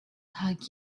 hug